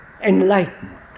enlightenment